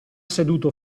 seduto